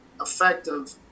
effective